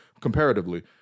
comparatively